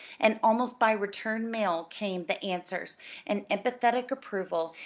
and almost by return mail came the answers an emphatic approval,